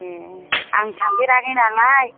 ए आं थांफेराखै नालाय